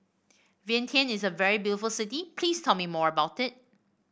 Vientiane is a very beautiful city please tell me more about it